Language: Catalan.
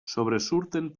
sobresurten